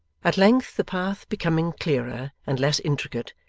at length the path becoming clearer and less intricate,